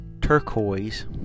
turquoise